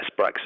Brexit